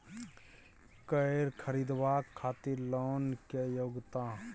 कैर खरीदवाक खातिर लोन के योग्यता?